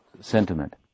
sentiment